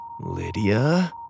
Lydia